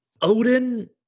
Odin